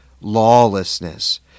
lawlessness